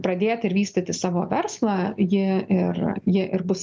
pradėt ir vystyti savo verslą ji ir ji ir bus